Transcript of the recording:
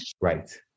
Right